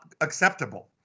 acceptable